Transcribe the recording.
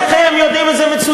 כולכם יודעים את זה מצוין.